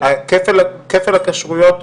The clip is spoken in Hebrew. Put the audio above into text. כפל הכשרויות,